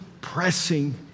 pressing